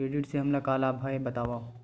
Credit से हमला का लाभ हे बतावव?